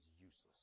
useless